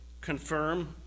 confirm